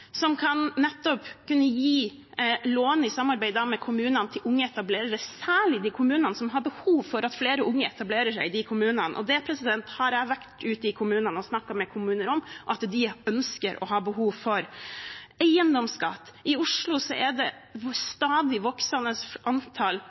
som nettopp vil kunne gi lån til unge etablerere i samarbeid med kommunene, og da særlig de kommunene som har behov for at flere unge etablerer seg der. Dette har jeg vært ute i kommunene og snakket med dem om at de ønsker og har behov for. Eiendomsskatt: I Oslo er det